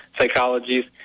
psychologies